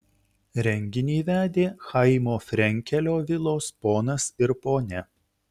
renginį vedė chaimo frenkelio vilos ponas ir ponia